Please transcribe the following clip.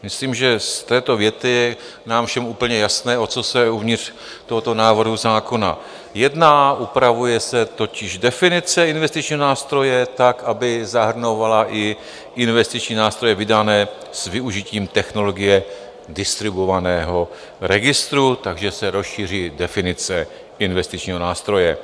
Myslím, že z této věty je nám všem úplně jasné, o co se uvnitř tohoto návrhu zákona jedná, upravuje se totiž definice investičního nástroje tak, aby zahrnovala i investiční nástroje vydané s využitím technologie distribuovaného registru, takže se rozšíří definice investičního nástroje.